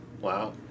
Wow